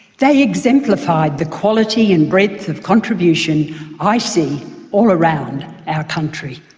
they exemplified the quality and breadth of contribution i see all around our country.